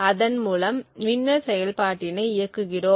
அதன்மூலம் வின்னர் செயல்பாட்டினை இயக்குகிறோம்